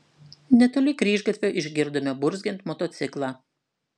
netoli kryžgatvio išgirdome burzgiant motociklą